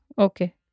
Okay